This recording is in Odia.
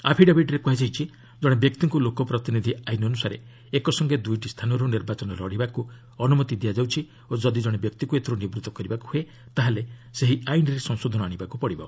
ଆଫିଡେଭିଟ୍ରେ କୁହାଯାଇଛି ଜଣେ ବ୍ୟକ୍ତିଙ୍କୁ ଲୋକ ପ୍ରତିନିଧି ଆଇନ ଅନୁସାରେ ଏକସଙ୍ଗେ ଦୁଇଟି ସ୍ଥାନରୁ ନିର୍ବାଚନ ଲଢ଼ିବାକୁ ଅନୁମତି ଦିଆଯାଉଛି ଓ ଯଦି ଜଣେ ବ୍ୟକ୍ତିକୁ ଏଥିରୁ ନିବୁତ୍ତ କରିବାକୁ ହୁଏ ତାହେଲେ ସେହି ଆଇନରେ ସଂଶୋଧନ ଆଣିବାକୁ ହେବ